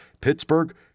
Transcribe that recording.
Pittsburgh